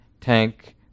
tank